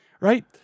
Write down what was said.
right